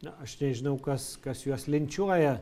na aš nežinau kas kas juos linčiuoja